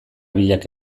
biak